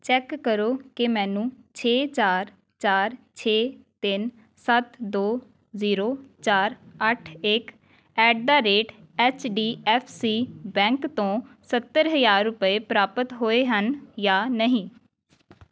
check ਕਰੋ ਕਿ ਮੈਨੂੰ ਛੇ ਚਾਰ ਚਾਰ ਛੇ ਤਿੰਨ ਸੱਤ ਦੋ ਜ਼ੀਰੋ ਚਾਰ ਅੱਠ ਇੱਕ at the rate H D F C bank ਤੋਂ ਸੱਤਰ ਹਜ਼ਾਰ ਰੁਪਏ ਪ੍ਰਾਪਤ ਹੋਏ ਹਨ ਜਾਂ ਨਹੀਂ